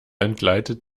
entgleitet